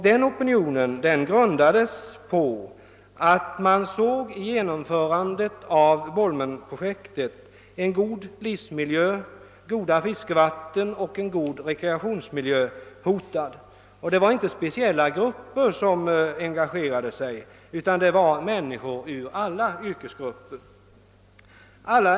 Den grundades på att man ansåg att ett genomförande av Bolmenprojektet skulle hota en god livsmiljö, goda fiskevatten och en god rekreationsmiljö. Det var inte speciella grupper som engagerade sig — det var människor ur alla yrkesgrupper.